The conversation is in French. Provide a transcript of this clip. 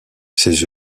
ses